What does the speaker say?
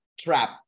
trap